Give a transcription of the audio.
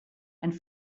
and